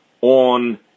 on